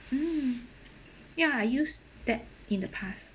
mm ya I use that in the past